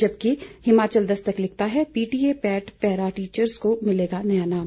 जबकि हिमाचल दस्तक लिखता है पीटीए पैट पैरा टीचर्स को मिलेगा नया नाम